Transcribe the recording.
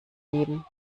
geben